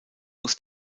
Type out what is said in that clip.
muss